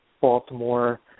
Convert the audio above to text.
Baltimore